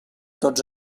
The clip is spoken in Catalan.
tots